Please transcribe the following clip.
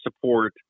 support